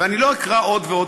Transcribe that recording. ואני לא אקרא עוד ועוד,